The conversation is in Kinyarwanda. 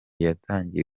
yatangiye